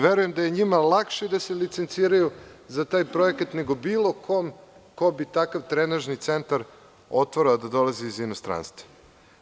Verujem da je njima lakše da se licenciraju za taj projekat nego bio kome ko bi takav trenažni centar otvarao da dolazi iz inostranstva.